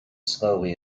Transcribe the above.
slowly